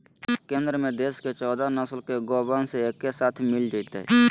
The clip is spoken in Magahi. केंद्र में देश के चौदह नस्ल के गोवंश एके साथ मिल जयतय